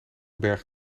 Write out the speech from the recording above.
berg